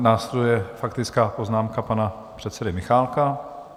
Následuje faktická poznámka pana předsedy Michálka.